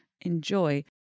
enjoy